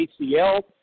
ACL